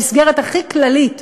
המסגרת הכי כללית,